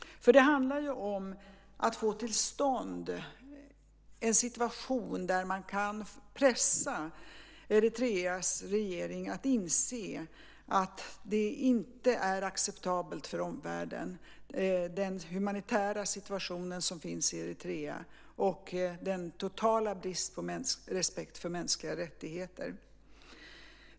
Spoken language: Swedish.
Det handlar ju om att få till stånd en situation där man kan pressa Eritreas regering till att inse att det inte är acceptabelt för omvärlden med den humanitära situation som finns i Eritrea och den totala bristen på respekt för mänskliga rättigheter.